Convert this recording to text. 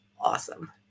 awesome